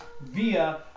via